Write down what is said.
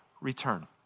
return